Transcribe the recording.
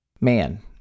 Man